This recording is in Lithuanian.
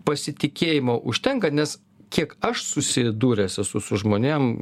pasitikėjimo užtenka nes kiek aš susidūręs esu su žmonėm